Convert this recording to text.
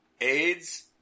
AIDS